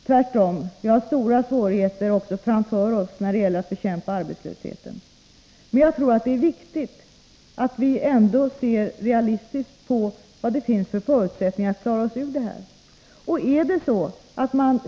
Tvärtom, vi har stora svårigheter framför oss när det gäller att bekämpa arbetslösheten. Men jag tror att det är viktigt att vi ser realistiskt på förutsättningarna att klara oss ur situationen.